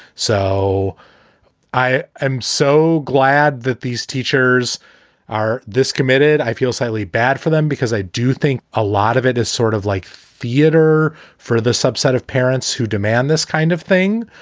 so i am so glad that these teachers are this committed. i feel sadly bad for them because i do think a lot of it is sort of like theater for the subset of parents who demand this kind of thing.